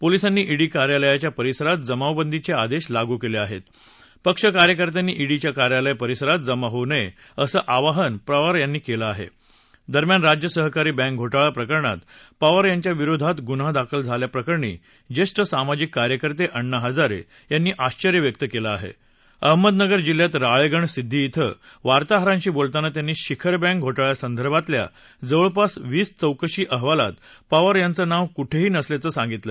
पोलिसांनी ईडी कार्यालयाच्या परिसरात जमावबंदीचआदश्रलागू कलिआहत पक्ष कार्यकर्त्यांनी ईडीच्या कार्यालय परीसरात जमा होऊ नयअसं आवाहन पवार यांनी कल्ल आह देशम्यान राज्य सहकारी बँक घोटाळा प्रकरणात पवार यांच्याविरोधात गुन्हा दाखल झाल्या प्रकरणी ज्यद्ध सामाजिक कार्यकर्ते अण्णा हजार विंनी आश्र्य व्यक्त कल्वे आहा अहमदनगर जिल्ह्यात राळाणा सिद्धी इथं वार्ताहरांशी बोलतांना त्यांनी शिखर बँक घोटाळ्या संदर्भातल्या जवळपास वीस चौकशी अहवालात पवार यांचं नाव कुठहीी नसल्याचं सांगितलं